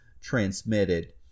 transmitted